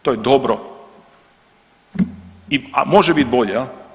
To je dobro, a može bit bolje.